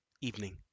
Evening